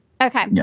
Okay